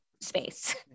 space